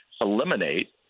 eliminate